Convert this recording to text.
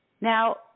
Now